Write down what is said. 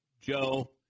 Joe